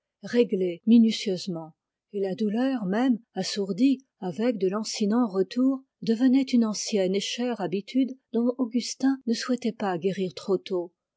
réglée minutieusement et la douleur même assourdie avec de lancinants retours devenait une ancienne et chère habitude dont il ne souhaitait pas guérir trop tôt